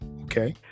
okay